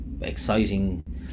exciting